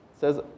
says